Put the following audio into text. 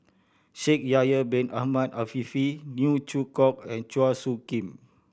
Shaikh Yahya Bin Ahmed Afifi Neo Chwee Kok and Chua Soo Khim